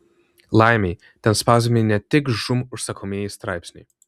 laimei ten spausdinami ne tik žūm užsakomieji straipsniai